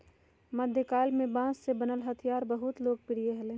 मध्यकाल में बांस से बनल हथियार बहुत लोकप्रिय हलय